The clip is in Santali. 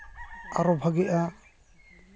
ᱟᱨᱚ ᱵᱷᱟᱜᱮᱜᱼᱟ